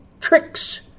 tricks